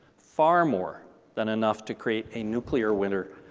far more than enough to create a nuclear winter,